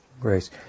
grace